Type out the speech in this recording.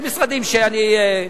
יש משרדים שאני,